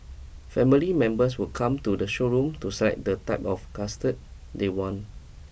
family members would come to the showroom to select the type of cutard they want